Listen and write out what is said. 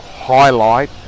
highlight